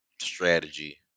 strategy